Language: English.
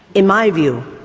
in my view,